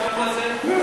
כל זה, בוודאי.